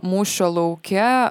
mūšio lauke